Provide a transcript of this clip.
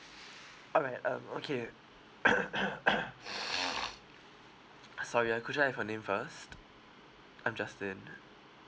all right um okay uh sorry ah could I have your name first I'm justin